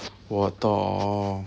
我懂